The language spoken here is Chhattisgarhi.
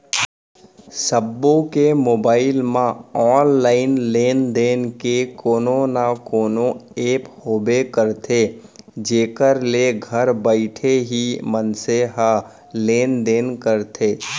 सबो के मोबाइल म ऑनलाइन लेन देन के कोनो न कोनो ऐप होबे करथे जेखर ले घर बइठे ही मनसे ह लेन देन करथे